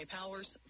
Powers